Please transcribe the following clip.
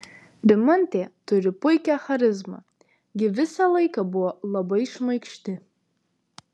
rimantė turi puikią charizmą ji visą laiką buvo labai šmaikšti